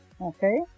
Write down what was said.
Okay